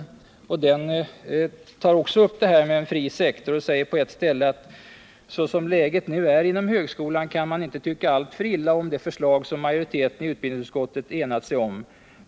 Göteborgs Posten tar också upp detta med en fri sektor och säger på ett ställe: ”Så som läget nu är inom högskolan kan man inte tycka alltför illa om det förslag som majoriteten i utbildningsutskottet enat sig om.